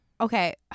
Okay